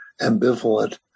ambivalent